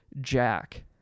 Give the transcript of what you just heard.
jack